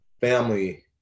family